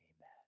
Amen